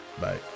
Bye